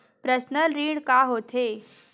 Personal ऋण का होथे?